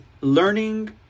learning